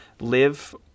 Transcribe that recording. live